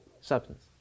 substance